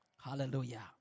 Hallelujah